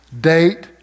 date